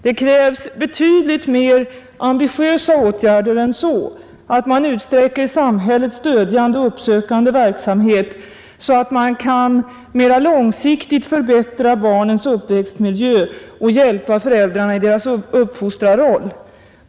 Det krävs betydligt mer ambitiösa åtgärder än så, att man utsträcker samhällets stödjande, uppsökande verksamhet så att vi mera långsiktigt kan förbättra barnens uppväxtmiljö och hjälpa föräldrarna i deras uppfostrarroll.